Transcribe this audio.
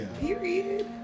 Period